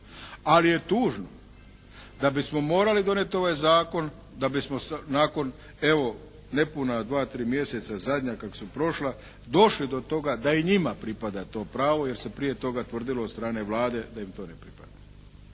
Ali je tužno da bismo morali donijeti ovaj zakon, da bismo nakon evo, nepuna dva, tri mjeseca zadnja kak' su prošla, došli do toga da i njima pripada to pravo, jer se prije toga tvrdilo od strane Vlade da im to ne pripada.